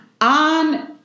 on